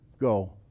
go